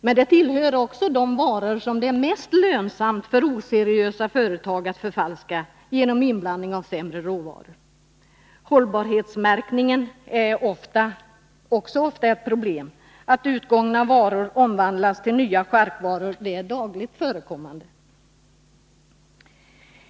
Men de tillhör också de varor som är mest lönsamma för oseriösa företag att förfalska genom inblandning av sämre råvaror. Hållbarhetsmärkningen är också ofta ett problem. Att utgångna varor omvandlas till nya charkvaror är dagligt förekommande.